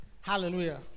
Hallelujah